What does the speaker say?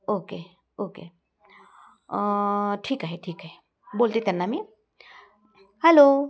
okay okay ठीक आहे ठीक आहे बोलते त्यांना मी हॅलो